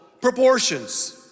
proportions